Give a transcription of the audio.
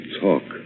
talk